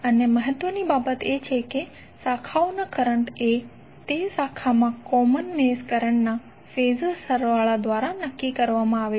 અને મહત્વની બાબત એ છે કે શાખાના કરંટ એ તે શાખામાં કોમન મેશ કરંટના ફેઝર સરવાળા દ્વારા નક્કી કરવામાં આવે છે